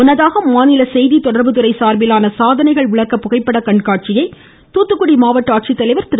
முன்னதாக மாநில செய்தி தொடர்புத்துறை சார்பிலான சாதனைகள் விளக்க புகைப்பட கண்காட்சியை தூத்துக்குடி மாவட்ட ஆட்சித்தலைவா் திரு